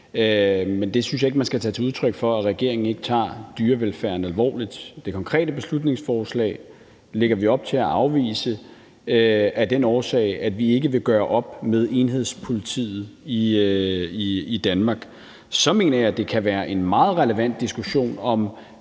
konkrete beslutningsforslag – tager det som udtryk for, at regeringen ikke tager dyrevelfærden alvorligt. Det konkrete beslutningsforslag lægger vi op til at afvise af den årsag, at vi ikke vil gøre op med enhedspolitiet i Danmark. Så mener jeg, at det kan være en meget relevant diskussion, om